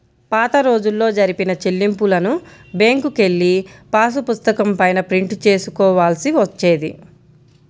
పాతరోజుల్లో జరిపిన చెల్లింపులను బ్యేంకుకెళ్ళి పాసుపుస్తకం పైన ప్రింట్ చేసుకోవాల్సి వచ్చేది